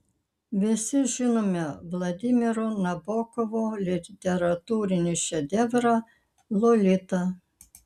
visi žinome vladimiro nabokovo literatūrinį šedevrą lolita